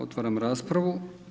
Otvaram raspravu.